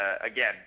again